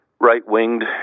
right-winged